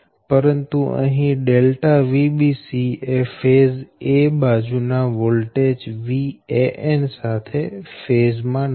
પરંતુ અહી ΔVbc એ ફેઝ 'a' બાજુ ના વોલ્ટેજ Van સાથે ફેઝ માં નથી